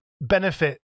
benefit